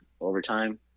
overtime